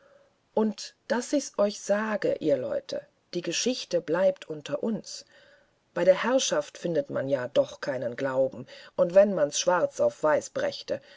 und daß ich's euch sage ihr leute die geschichte bleibt unter uns bei der herrschaft findet man ja doch keinen glauben und wenn man's schwarz auf weiß brächte